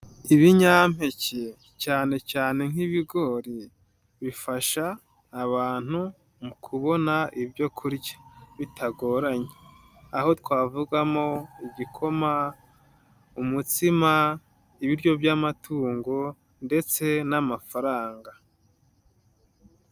Ibinyampeke cyane cyane nk'ibigori, bifasha abantu mu kubona ibyo kurya bitagoranye. Aho twavugamo igikoma, umutsima, ibiryo by'amatungo ndetse n'amafaranga.